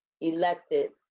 elected